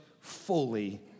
fully